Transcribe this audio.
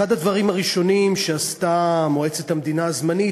אחד הדברים הראשונים שעשתה מועצת המדינה הזמנית,